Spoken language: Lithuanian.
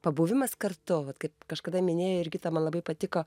pabuvimas kartu vat kaip kažkada minėjo jurgita man labai patiko